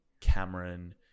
Cameron